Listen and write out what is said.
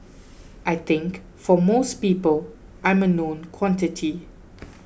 I think for most people I'm a known quantity